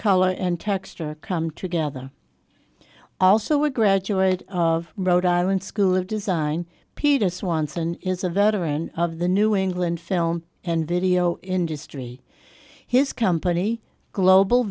color and texture come together also were graduate of rhode island school of design peter swanson is a veteran of the new england film and video industry his company global